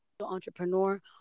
entrepreneur